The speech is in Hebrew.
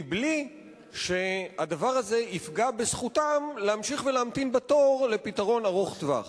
בלי שהדבר הזה יפגע בזכותם להמשיך ולהמתין בתור לפתרון ארוך-טווח.